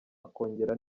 akongera